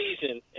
season